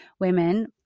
women